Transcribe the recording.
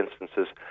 instances